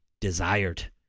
desired